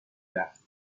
رفت